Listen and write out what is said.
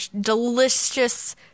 delicious